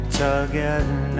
together